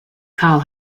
call